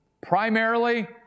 Primarily